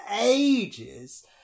ages